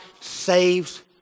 saves